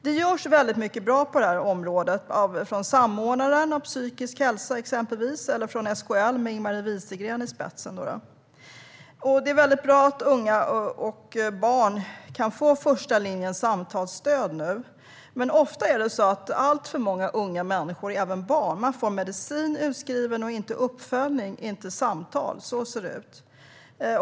Det görs mycket bra på området, exempelvis av samordnaren inom området psykisk hälsa eller av SKL med Ing-Marie Wieselgren i spetsen. Det är bra att unga och barn nu kan få första linjens samtalsstöd. Men ofta får alltför många unga människor, även barn, medicin utskriven och inte uppföljning, inte samtal. Så ser det ut.